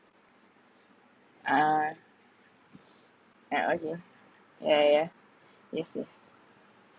ah uh okay yeah yeah yeah yes yes